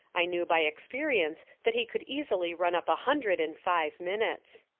i knew by experience that he could easily run up a hundred in five minutes.